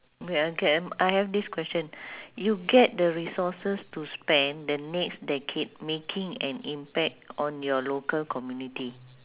wait ah can I have this question you get the resources to spend the next decade making an impact on your local community